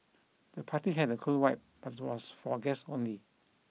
the party had a cool vibe but was for guests only